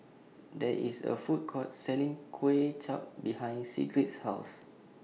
There IS A Food Court Selling Kuay Chap behind Sigrid's House